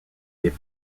des